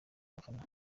abafana